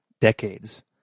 decades